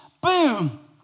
Boom